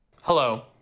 Hello